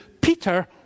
Peter